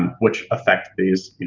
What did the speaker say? which affect these, you